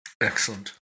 Excellent